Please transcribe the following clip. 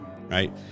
right